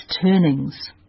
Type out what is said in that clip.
turnings